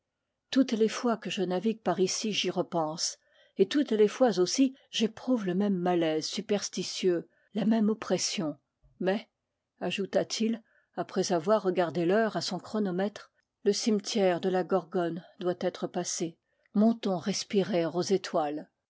toutes les fois que je navigue par ici j'y repense et toutes les fois aussi j'éprouve le même malaise supersti tieux la même oppression mais ajouta-t-il après avoir regardé l'heure à son chronomètre le cimetière de la gorgone doit être passé montons respirer aux étoiles